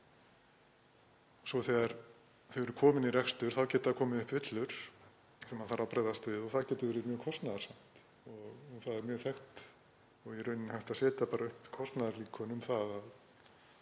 Svo þegar þau eru komin í rekstur geta komið upp villur sem þarf að bregðast við og það getur verið mjög kostnaðarsamt og það er mjög þekkt og í rauninni er hægt að setja upp kostnaðarlíkön um það